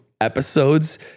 episodes